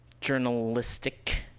journalistic